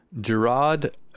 Gerard